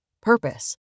Purpose